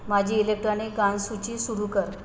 माझी इलेक्ट्रॉनिक गाण सूची सुरू कर